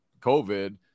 COVID